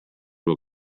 will